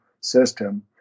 system